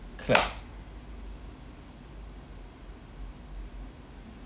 clap